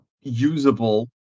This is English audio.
usable